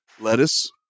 lettuce